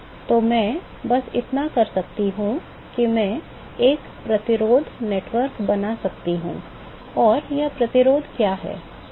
तो मैं बस इतना कर सकता हूं कि अब मैं एक प्रतिरोध नेटवर्क बना सकता हूं और यह प्रतिरोध क्या है